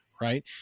Right